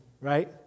right